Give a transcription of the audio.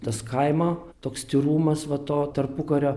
tas kaimo toks tyrumas va to tarpukario